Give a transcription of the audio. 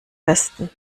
besten